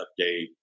update